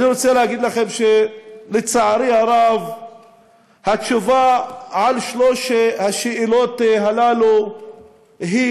אני רוצה להגיד לכם שלצערי הרב התשובה על שלוש השאלות הללו היא